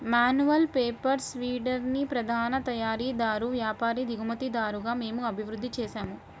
manual power వీడర్ని ప్రధాన తయారీదారు, వ్యాపారి, దిగుమతిదారుగా మేము అభివృద్ధి చేసాము